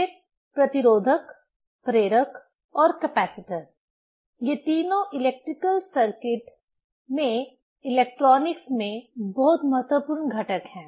फिर प्रतिरोधक प्रेरक और कैपेसिटर ये तीनों इलेक्ट्रिकल सर्किट में इलेक्ट्रोनिकस में बहुत महत्वपूर्ण घटक हैं